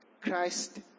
Christ